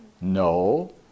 No